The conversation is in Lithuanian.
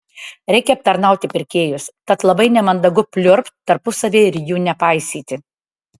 reikia aptarnauti pirkėjus tad labai nemandagu pliurpt tarpusavyje ir jų nepaisyti